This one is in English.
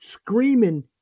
screaming